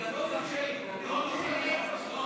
לא מסירים.